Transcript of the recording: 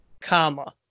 comma